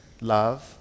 love